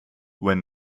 when